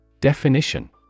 Definition